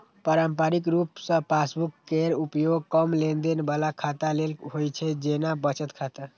पारंपरिक रूप सं पासबुक केर उपयोग कम लेनदेन बला खाता लेल होइ छै, जेना बचत खाता